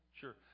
Sure